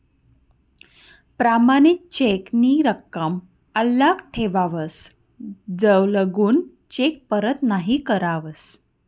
प्रमाणित चेक नी रकम आल्लक ठेवावस जवलगून चेक परत नहीं करावस